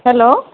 hello